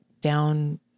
down